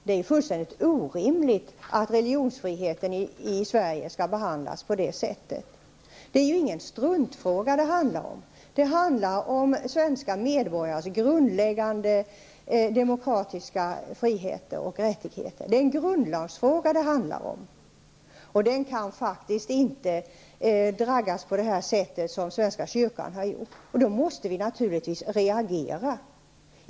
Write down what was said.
Det är fullständigt orimligt att frågan om religionsfrihet i Sverige skall behandlas på detta sätt. De är ingen struntfråga det handlar om, utan det handlar om svenska medborgares grundläggande demokratiska fri och rättigheter. Det är en grundlagsfråga. Den kan faktiskt inte dragas på det sätt som svenska kyrkan har gjort. Då måste vi naturligtvis reagera.